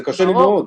זה קשה לי מאוד.